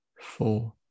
four